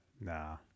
Nah